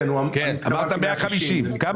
190. אז הכלל